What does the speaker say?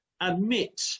admit